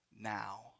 now